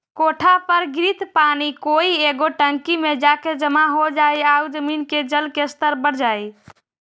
कोठा पर गिरित पानी कोई एगो टंकी में जाके जमा हो जाई आउ जमीन के जल के स्तर बढ़ जाई